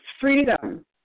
freedom